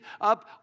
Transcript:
up